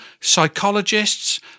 psychologists